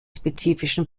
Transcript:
spezifischen